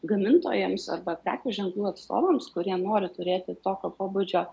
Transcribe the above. gamintojams arba prekių ženklų atstovams kurie nori turėti tokio pobūdžio